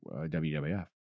WWF